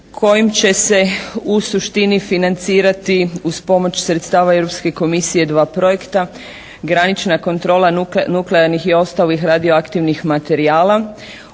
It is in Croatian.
kojim će se u suštini financirati uz pomoć sredstava Europske komisije dva projekta, granična kontrola nuklearnih i ostalih radioaktivnih materijala